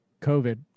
COVID